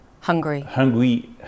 Hungary